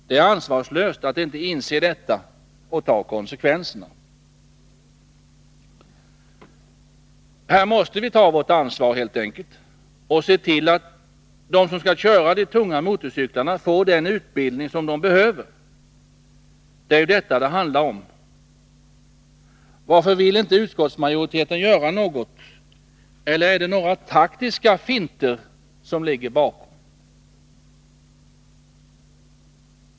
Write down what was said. Det är ansvarslöst att inte inse detta och ta konsekvenserna. Här måste vi helt enkelt ta vårt ansvar och se till att de som skall köra de tunga motorcyklarna får den utbildning som de behöver. Det är detta som det handlar om. Varför vill inte utskottsmajoriteten göra något? Eller är det några taktiska finter som ligger bakom?